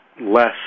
less